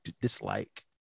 dislike